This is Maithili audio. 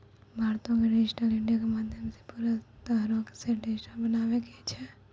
भारतो के डिजिटल इंडिया के माध्यमो से पूरा तरहो से डिजिटल बनाबै के छै